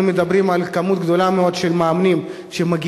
אנחנו מדברים על מספר גדול מאוד של מאמנים שמגיעים